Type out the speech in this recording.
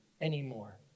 anymore